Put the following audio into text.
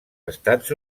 estats